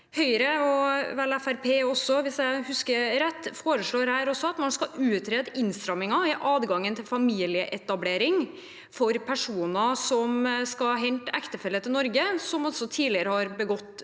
Høyre – og Fremskrittspartiet, hvis jeg husker rett – foreslår her at man skal utrede innstramminger i adgangen til familieetablering for personer som skal hente ektefelle til Norge, om man tidligere har begått vold